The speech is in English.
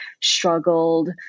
struggled